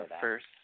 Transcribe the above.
first